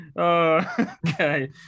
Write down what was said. Okay